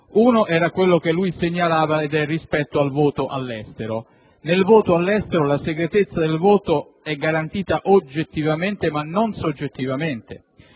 primo è quello già segnalato rispetto al voto all'estero. Nel voto all'estero la segretezza del voto è garantita oggettivamente, ma non soggettivamente